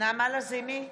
נעמה לזימי,